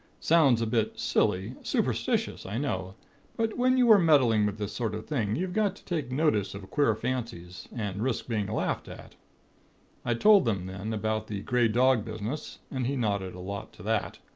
sounds a bit silly, superstitious, i know but when you are meddling with this sort of thing, you've got to take notice of queer fancies, and risk being laughed at i told him then about the grey dog business, and he nodded a lot to that.